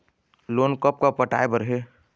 Loan कब कब पटाए बर हे?